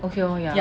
okay lor